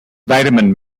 vitamin